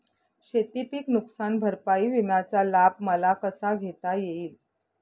शेतीपीक नुकसान भरपाई विम्याचा लाभ मला कसा घेता येईल?